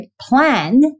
plan